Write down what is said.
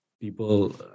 people